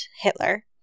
Hitler